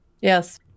Yes